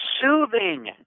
soothing